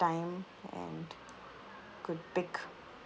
time and could pick